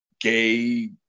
gay